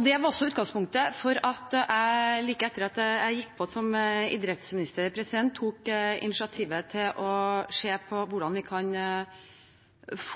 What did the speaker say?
Det var også utgangspunktet for at jeg, like etter at jeg startet som idrettsminister, tok initiativet til å se på hvordan vi kan